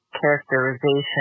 characterization